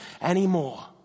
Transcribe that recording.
anymore